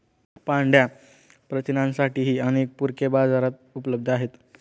पांढया प्रथिनांसाठीही अनेक पूरके बाजारात उपलब्ध आहेत